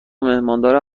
مهماندار